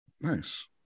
Nice